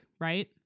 right